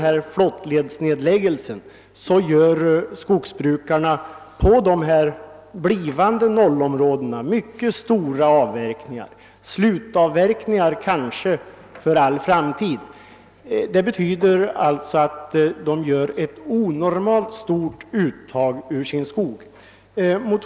Inför flottledsnedläggningarna gör skogsbrukarna på de blivande nollområdena mycket stora avverkningar, kanske slutavverkningar för all framtid. Skogsägarna gör alltså ett onormalt stort uttag ur sin skog.